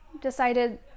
decided